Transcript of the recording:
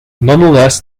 nonetheless